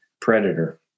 Predator